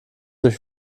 durch